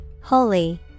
holy